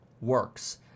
works